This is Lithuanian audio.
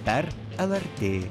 per lrt